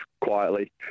quietly